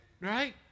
right